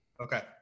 okay